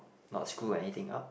not screw anything up